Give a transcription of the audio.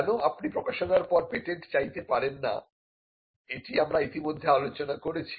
কেন আপনি প্রকাশনার পর পেটেন্ট চাইতে পারেন না এটি আমরা ইতিমধ্যে আলোচনা করেছি